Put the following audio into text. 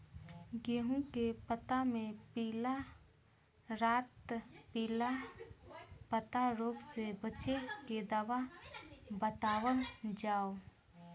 गेहूँ के पता मे पिला रातपिला पतारोग से बचें के दवा बतावल जाव?